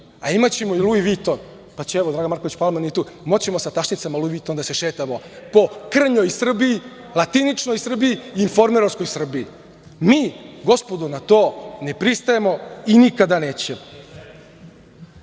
a imaćemo i Luj Viton, pa, Dragan Marković Palma nije tu, ćemo moći sa tašnicama Luj Viton da se šetamo ko krnjoj Srbiji, latiničnoj Srbiji i informerovskoj Srbiji. Mi, gospodo, na to ne pristajemo i nikada nećemo.